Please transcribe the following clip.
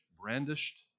brandished